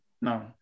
no